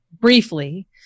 briefly